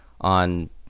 on